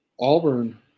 Auburn